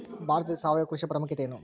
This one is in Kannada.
ಭಾರತದಲ್ಲಿ ಸಾವಯವ ಕೃಷಿಯ ಪ್ರಾಮುಖ್ಯತೆ ಎನು?